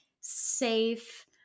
safe